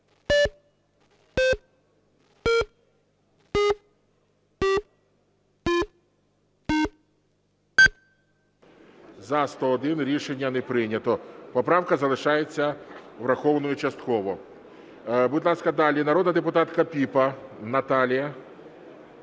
За – 101. Рішення не прийнято. Поправка залишається врахованою частково. Будь ласка, далі. Народна депутатка Піпа Наталія.